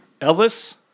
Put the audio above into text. Elvis